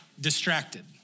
distracted